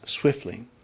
swiftly